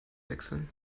wechseln